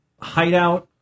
hideout